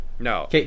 No